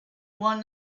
one